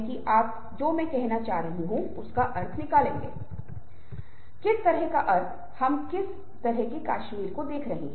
आप विशिष्ट इशारे कर रहे हैं जैसे कि अगर मैं अपना हाथ ऊपर ले जाऊं और उसे अपने होंठों पर चुप रहने का संकेत दूं तो इसे प्रतीक के रूप में जाना जाता है